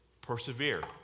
Persevere